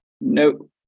No